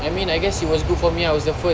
I mean I guess it was good for me ah I was the first